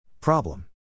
Problem